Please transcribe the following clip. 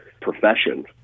profession